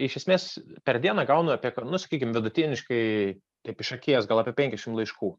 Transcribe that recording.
iš esmės per dieną gaunu apie nu sakykim vidutiniškai taip iš akies gal apie penkiasdešimt laiškų